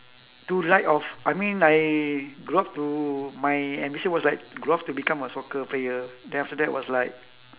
to like of I mean I grow up to my ambition was like grow up to become a soccer player then after that was like